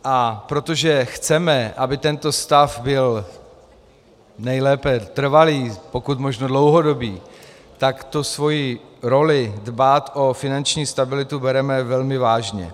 A protože chceme, aby tento stav byl nejlépe trvalý, pokud možno dlouhodobý, tak tu svoji roli dbát o finanční stabilitu bereme velmi vážně.